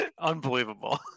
Unbelievable